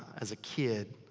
as a kid,